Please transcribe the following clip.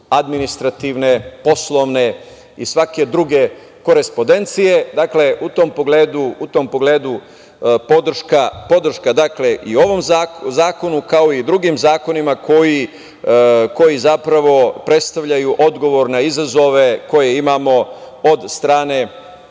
administrativne, poslovne i svake druge korespodencije. Dakle, u tom pogledu podrška i ovom zakonu, kao i drugim zakonima koji zapravo predstavljaju odgovor na izazove koje imamo od strane